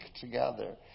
together